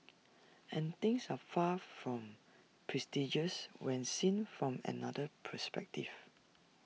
and things are far from prestigious when seen from another perspective